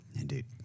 Indeed